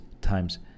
times